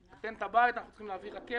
תן את הבית כי אנחנו צריכים להביא רכבת,